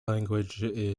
language